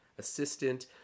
assistant